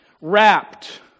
Wrapped